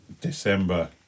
December